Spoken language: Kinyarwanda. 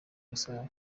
gasabo